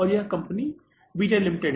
यहाँ एक company Beta Limited है